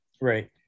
Right